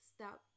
Stop